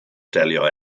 delio